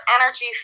energy